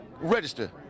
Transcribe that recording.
register